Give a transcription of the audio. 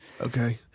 Okay